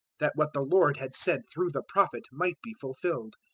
that what the lord had said through the prophet might be fulfilled,